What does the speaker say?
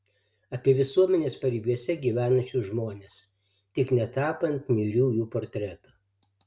apie visuomenės paribiuose gyvenančius žmones tik netapant niūrių jų portretų